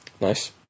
Nice